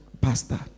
Pastor